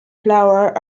flour